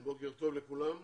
בוקר טוב לכולם.